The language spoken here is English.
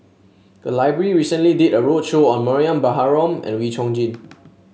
the library recently did a roadshow on Mariam Baharom and Wee Chong Jin